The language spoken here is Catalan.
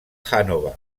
hannover